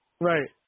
Right